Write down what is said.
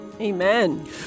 Amen